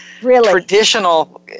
traditional